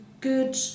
good